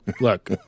look